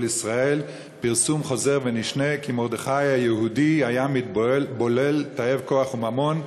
ישראל: פרסום חוזר ונשנה כי מרדכי היהודי היה מתבולל תאב כוח וממון,